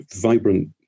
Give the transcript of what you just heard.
vibrant